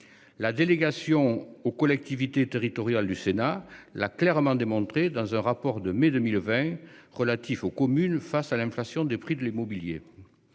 La délégation aux collectivités territoriales du Sénat l'a clairement démontré dans un rapport de mai 2020 relatifs aux communes face à l'inflation des prix de l'immobilier.